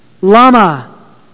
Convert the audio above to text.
lama